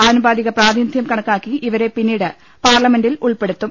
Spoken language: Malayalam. ആനുപാതിക പ്രാതിനിധ്യം കണക്കാക്കി ഇവരെ പിന്നീട് പാർലമെന്റിൽ ഉൾപ്പെടുത്തും